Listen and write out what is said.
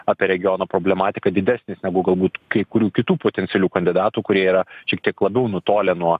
apie regiono problematiką didesnis negu galbūt kai kurių kitų potencialių kandidatų kurie yra šiek tiek labiau nutolę nuo